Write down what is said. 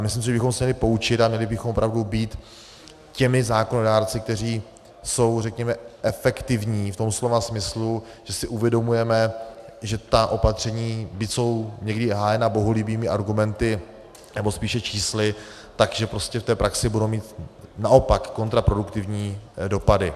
Myslím si, že bychom se měli poučit a měli bychom opravdu být těmi zákonodárci, kteří jsou, řekněme, efektivní v tom slova smyslu, že si uvědomujeme, že ta opatření, byť jsou někdy hájena bohulibými argumenty, nebo spíše čísly, tak že v praxi budou mít naopak kontraproduktivní dopady.